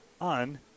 on